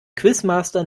quizmaster